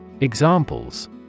Examples